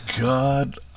God